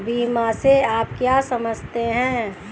बीमा से आप क्या समझते हैं?